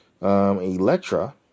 Electra